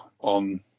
on